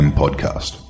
podcast